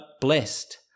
blessed